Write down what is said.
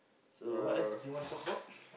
so what else do you want to talk about